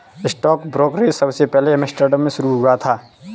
stock brokerage सबसे पहले Amsterdam में शुरू हुआ था